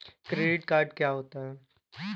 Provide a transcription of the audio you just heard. Credit card क्या होता है?